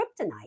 kryptonite